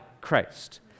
Christ